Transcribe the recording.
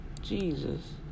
Jesus